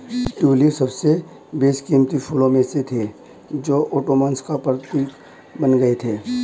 tulip सबसे बेशकीमती फूलों में से थे जो ओटोमन्स का प्रतीक बन गए थे